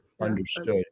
Understood